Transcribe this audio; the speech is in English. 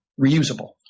reusable